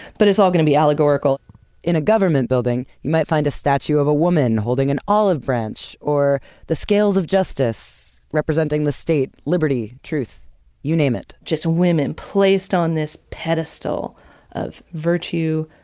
but it's all going to be allegorical in a government building you might find a statue of a woman holding an olive branch, or the scales of justice, representing the state, liberty, truth you name it. just a women placed on this pedestal of virtue,